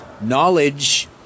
knowledge